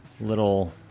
little